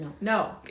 No